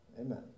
Amen